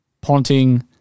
Ponting